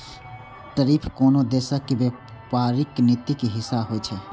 tariff कोनो देशक व्यापारिक नीतिक हिस्सा होइ छै